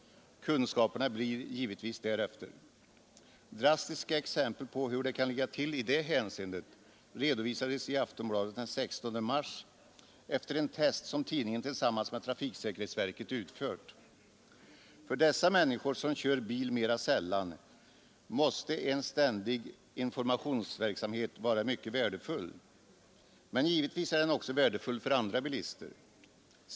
Kunskaperna blir givetvis därefter. Drastiska exempel på hur det kan ligga till i det hänseendet redovisades i Aftonbladet den 16 mars efter en test som tidningen tillsammans med trafiksäkerhetsverket utfört. För de människor som kör bil mera sällan måste en ständig informationsverksamhet vara mycket värdefull. Men givetvis är den också värdefull för andra bilister.